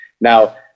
Now